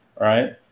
right